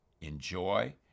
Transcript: enjoy